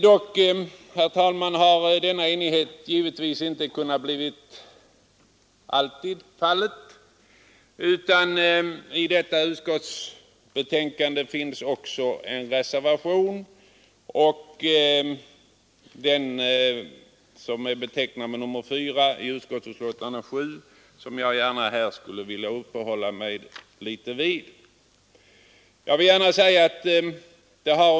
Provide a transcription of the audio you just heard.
Dock, herr talman, har denna enighet givetvis inte alltid kunnat uppnås, utan i detta utskottsbetänkande finns även reservationer. Jag skulle gärna vilja uppehålla mig vid reservationen 4.